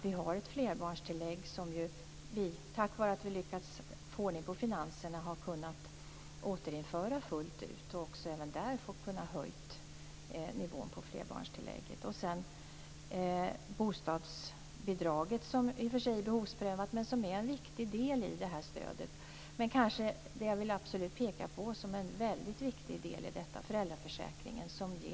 Vi har ett flerbarnstillägg som vi, tack vare att vi har lyckats få ordning på finanserna, har kunnat återinföra fullt ut. Vi har också kunnat höja nivån på flerbarnstillägget. Bostadsbidraget är i och för sig behovsprövat, men det är en viktig del i det här stödet. Men det som jag absolut vill peka på som en väldigt viktig del i detta är föräldraförsäkringen.